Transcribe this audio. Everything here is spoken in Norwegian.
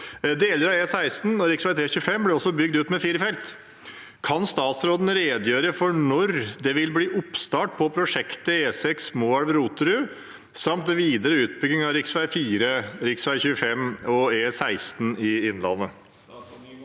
Deler av E16 og rv. 3/25 ble også bygd ut med firefelt. Kan statsråden redegjøre for når vil det bli oppstart på prosjektet E6 Moelv–Roterud samt videre utbygging av rv. 4, rv. 25 og E16 i Innlandet?»